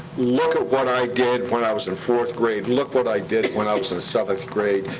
look at what i did when i was in fourth grade. look what i did when i was in seventh grade.